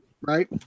right